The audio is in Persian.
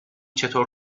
چطور